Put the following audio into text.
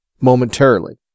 momentarily